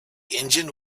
engine